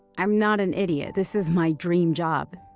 i'm not an idiot. this is my dream job.